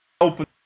Open